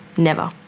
never,